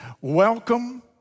Welcome